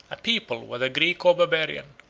a people, whether greek or barbarian,